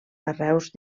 carreus